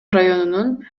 районунун